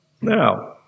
Now